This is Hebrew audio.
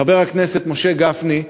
חבר הכנסת משה גפני,